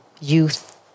youth